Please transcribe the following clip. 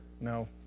No